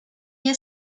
year